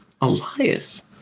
Elias